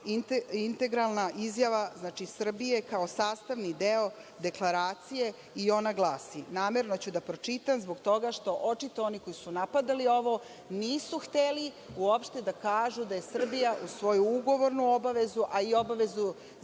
integralna izjava, znači Srbije, kao sastavni deo Deklaracije i ona glasi, namerno ću da pročitam zbog toga što očito oni koji su napadali ovo nisu hteli uopšte da kažu da je Srbija u svoju ugovornu obavezu, a i obavezu